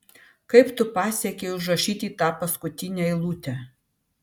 kaip tu pasiekei užrašyti tą paskutinę eilutę